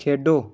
खेढो